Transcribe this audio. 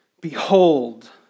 Behold